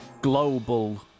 global